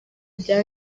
bya